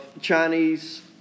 Chinese